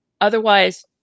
Otherwise